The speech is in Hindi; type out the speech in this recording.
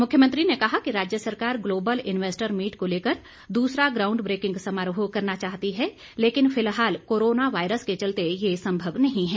मुख्यमंत्री ने कहा कि राज्य सरकार ग्लोबल इन्वेस्टर मीट को लेकर दूसरा ग्राऊंड ब्रेकिंग समारोह करना चाहती है लेकिन फिलहाल कोरोना वायरस के चलते यह संभव नहीं है